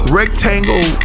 rectangle